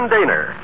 Daner